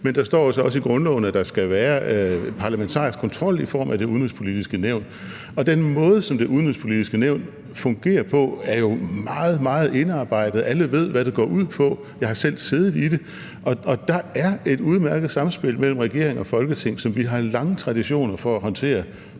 men der står så også i grundloven, at der skal være en parlamentarisk kontrol i form af Det Udenrigspolitiske Nævn. Og den måde, som Det Udenrigspolitiske Nævn fungerer på, er jo meget, meget indarbejdet. Alle ved, hvad det går ud på – jeg har selv siddet i det – og der er et udmærket samspil mellem regering og Folketing, som vi har lange traditioner for at håndtere